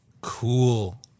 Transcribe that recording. cool